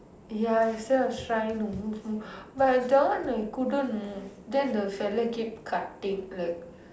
ya instead of trying to move move but that one I couldn't move then the fella keep cutting like